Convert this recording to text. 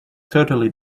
totally